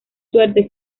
suerte